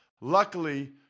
Luckily